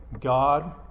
God